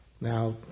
Now